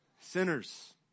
sinners